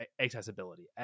accessibility